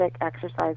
exercise